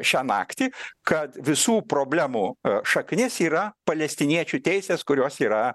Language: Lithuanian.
šią naktį kad visų problemų šaknis yra palestiniečių teisės kurios yra